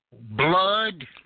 blood